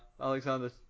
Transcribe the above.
Alexander